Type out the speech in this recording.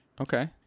okay